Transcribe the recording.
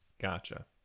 Gotcha